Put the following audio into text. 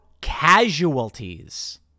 casualties